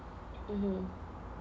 mmhmm